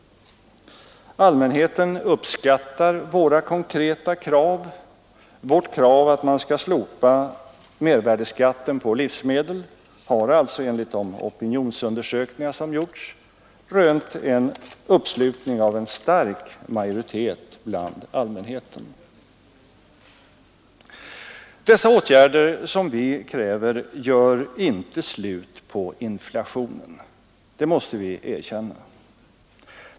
Allmänheten uppskattar våra konkreta krav. Vårt krav att man skall slopa mervärdeskatten på livsmedel har enligt de opinionsundersökningar som gjorts rönt uppslutning av en stark majoritet bland allmänheten. Dessa åtgärder — det måste vi erkänna — gör inte slut på inflationen.